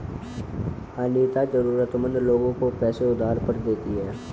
अनीता जरूरतमंद लोगों को पैसे उधार पर देती है